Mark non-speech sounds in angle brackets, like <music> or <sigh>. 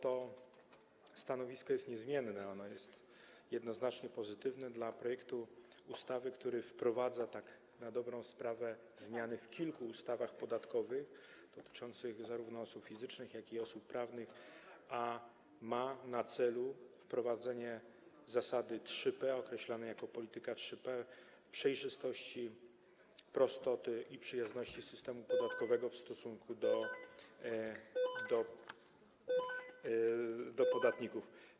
To stanowisko jest niezmienne, ono jest jednoznacznie pozytywne w sprawie projektu ustawy, który wprowadza tak na dobrą sprawę zmiany w kilku ustawach podatkowych, dotyczących zarówno osób fizycznych, jak i osób prawnych, a ma na celu wprowadzenie zasady 3P, określanej jako polityka 3P: przejrzystości, prostoty i przyjazności systemu podatkowego <noise> w stosunku do podatników.